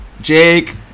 Jake